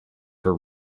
her